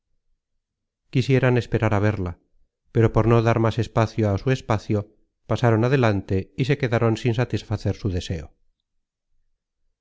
quisieran esperar á verla pero por no dar más espacio á su espacio pasaron adelante y se quedaron sin satisfacer su deseo